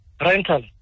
Rental